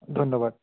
ধন্যবাদ